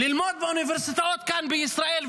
ללמוד באוניברסיטאות כאן בישראל,